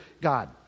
God